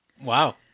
Wow